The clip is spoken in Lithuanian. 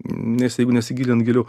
nes jeigu nesigilint giliau